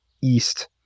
east